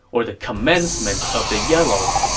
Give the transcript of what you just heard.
or the commencement of the yellow.